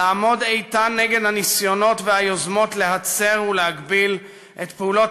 לעמוד איתן נגד הניסיונות והיוזמות להצר ולהגביל את פעולות